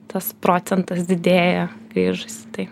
tas procentas didėja grįžusių tai